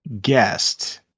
guest